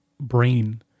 brain